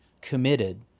committed